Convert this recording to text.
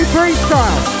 Freestyle